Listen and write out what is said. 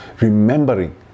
remembering